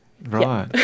Right